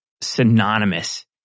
synonymous